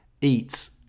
eats